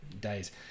days